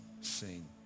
seen